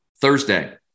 Thursday